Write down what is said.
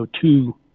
two